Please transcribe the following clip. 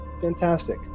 fantastic